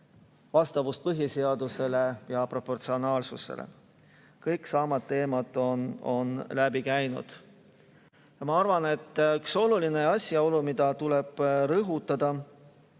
Vastavus põhiseadusele ja proportsionaalsusele. Kõik samad teemad on läbi käinud. Ma arvan, et üks oluline asjaolu, mida tuleb rõhutada